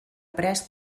pres